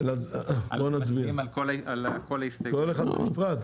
ההסתייגות לא עברה.